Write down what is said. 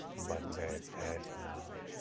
but they're dead now,